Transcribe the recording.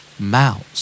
Mouse